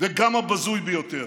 גם הבזוי ביותר.